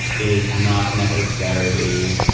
is not necessarily,